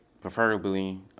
preferably